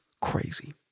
crazy